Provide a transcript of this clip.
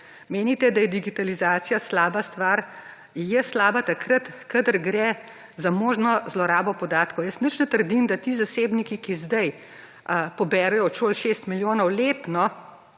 menite, da je digitalizacija slaba stvar je slaba takrat kadar gre za možno zlorabo podatkov. Jaz nič ne trdim, da ti zasebniki, ki sedaj poberejo od šol 6 milijonov letno